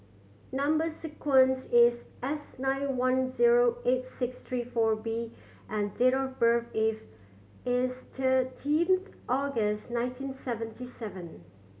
number sequence is S nine one zero eight six three four B and date of birth is thirteen August nineteen seventy seven